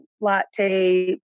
latte